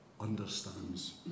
understands